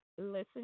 listen